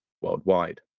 worldwide